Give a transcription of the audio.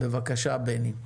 בבקשה בני.